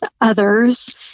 others